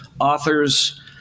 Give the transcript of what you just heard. authors